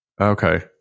Okay